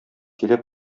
килә